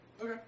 Okay